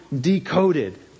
decoded